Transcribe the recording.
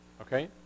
okay